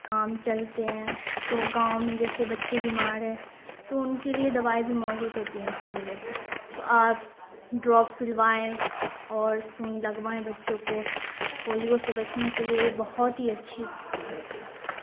کام چلتے ہیں تو گاؤں میں جیسے بچے بیمار ہیں تو ان کے لیے دوائی بھی موجود ہوتی ہیں ان سبھی جگہ پہ تو آپ ڈراپ پلوائیں اور سوئی لگوائیں بچوں کو پولیو سے بچنے کے لیے یہ بہت ہی اچھی چیز ہوتی ہے